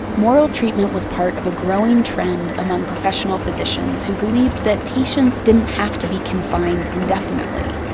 moral treatment was part of a growing trend among professional physicians who believed that patients didn't have to be confined indefinitely.